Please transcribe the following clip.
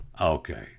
Okay